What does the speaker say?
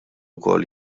wkoll